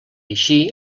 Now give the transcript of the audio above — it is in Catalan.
així